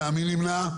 מי נמנע?